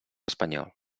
espanyol